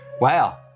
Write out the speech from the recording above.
Wow